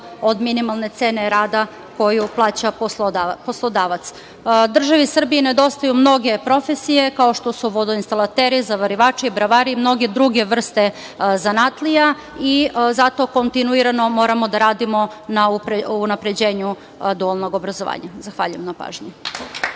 od minimalne cene rada koju plaća poslodavac. Državi Srbiji nedostaju mnoge profesije kao što su vodoinstalateri, zavarivači, bravari i mnoge druge vrste zanatlija i zato kontinuirano moramo da radimo na unapređenju dualnog obrazovanja. Zahvaljujem na pažnji.